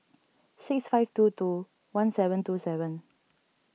six five two two one seven two seven